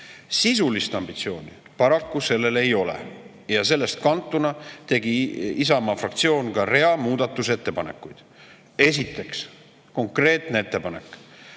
Sisulist ambitsiooni paraku sellel ei ole ja sellest kantuna tegi Isamaa fraktsioon ka rea muudatusettepanekuid. Esiteks konkreetne ettepanek.